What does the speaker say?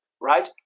right